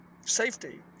safety